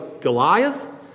Goliath